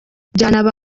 byanaba